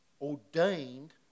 ordained